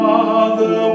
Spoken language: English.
Father